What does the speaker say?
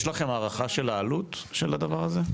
יש לכם הערכה של העלות של הדבר הזה?